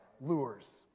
lures